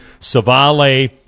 Savale